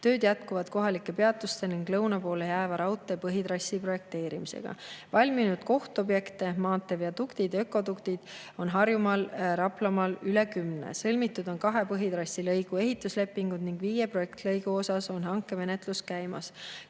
Tööd jätkuvad kohalike peatuste ning lõuna poole jääva raudtee põhitrassi projekteerimisega. Valminud kohtobjekte – maanteeviaduktid, ökoduktid – on Harjumaal ja Raplamaal üle kümne. Sõlmitud on kahe põhitrassilõigu ehituse lepingud ning viie projektilõigu osas on hankemenetlus käimas.